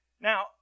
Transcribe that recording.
Now